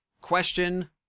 question